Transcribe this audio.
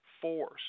force